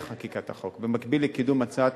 כמו כן קובע החוק כי בתוך שלוש שנים מיום התחילה,